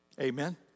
Amen